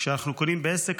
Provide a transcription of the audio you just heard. כשאנחנו קונים בעסק,